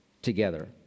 Together